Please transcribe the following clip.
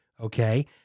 okay